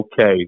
okay